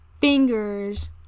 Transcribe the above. fingers